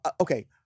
okay